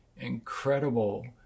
incredible